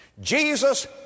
Jesus